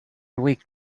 weak